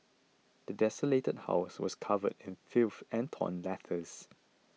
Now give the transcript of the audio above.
the desolated house was covered in filth and torn letters